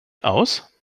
aus